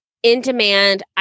in-demand